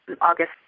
August